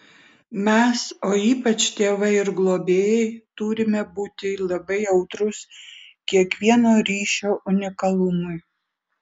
mes o ypač tėvai ir globėjai turime būti labai jautrūs kiekvieno ryšio unikalumui